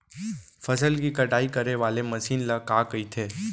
फसल की कटाई करे वाले मशीन ल का कइथे?